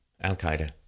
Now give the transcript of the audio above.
Al-Qaeda